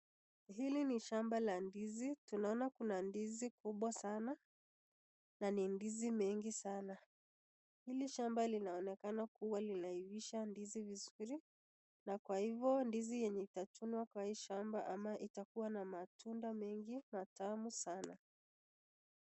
Hili ni shamba la ndizi. Tunaona kuna ndizi kubwa sana na ni ndizi mengi sana. Hili shamba linaonekana kuwa linaivisha ndizi vizuri na kwa hivo ndizi yenye itachunwa kwa hii shamba ama itakuwa na matunda mengi matamu sana.